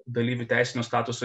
dalyvių teisinio statuso